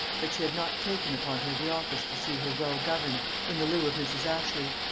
that she had not taken upon her the office to see her well governed, in the lieu of mrs. ashley.